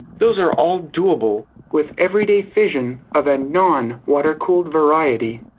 those are all doable with everyday fission of a non-water-cooled variety.